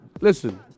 Listen